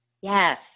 Yes